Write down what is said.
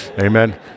amen